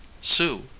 sue